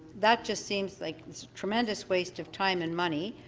that just seems like tremendous waste of time and money,